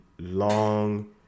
Long